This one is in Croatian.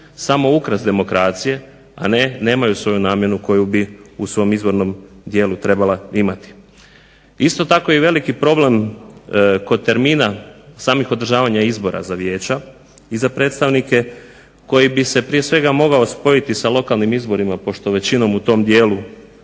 samo ukras demokracije, a nemaju svoju namjenu koju bi u svom izvornom dijelu trebala imati. Isto tako je veliki problem kod termina samih održavanja izbora za vijeća i za predstavnike koji bi se prije svega mogao spojiti sa lokalnim izborima pošto većinom u tom dijelu